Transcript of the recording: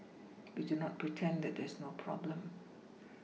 we do not pretend that there is no problem